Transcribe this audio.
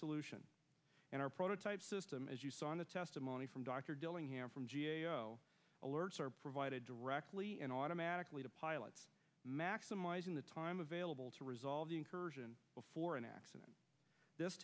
solution in our prototype system as you saw in the testimony from dr dillingham from g a o alerts are provided directly and automatically to pilots maximizing the time available to resolve the incursion before an accident this